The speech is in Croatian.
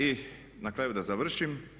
I na kraju sa završim.